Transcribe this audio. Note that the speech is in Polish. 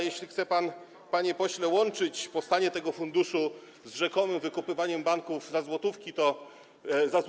jeśli chce pan, panie pośle, łączyć powstanie tego funduszu z rzekomym wykupywaniem banków za złotówkę.